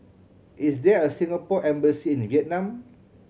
is there a Singapore Embassy in Vietnam